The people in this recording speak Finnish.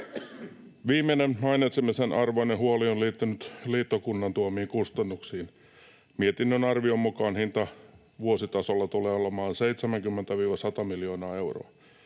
Viimeinen mainitsemisen arvoinen huoli on liittynyt liittokunnan tuomiin kustannuksiin. Mietinnön arvion mukaan hinta vuositasolla tulee olemaan 70—100 miljoonaa euroa.